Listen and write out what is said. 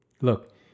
Look